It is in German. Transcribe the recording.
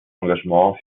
engagement